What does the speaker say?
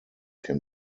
can